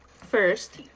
first